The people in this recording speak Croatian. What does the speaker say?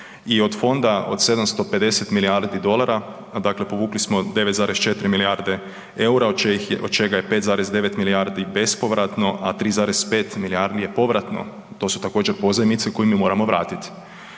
i od fonda od 750 milijardi dolara povukli smo 9,4 milijarde eura od čega je 5,9 milijardi bespovratno, a 3,5 milijardi je povratno. To su također pozajmice koje mi moramo vratiti.